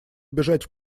убежать